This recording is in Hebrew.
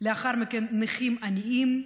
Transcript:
לאחר מכן נכים עניים,